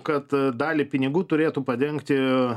kad dalį pinigų turėtų padengti